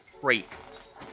priests